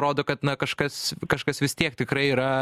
rodo kad na kažkas kažkas vis tiek tikrai yra